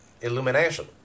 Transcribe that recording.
illumination